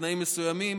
בתנאים מסוימים,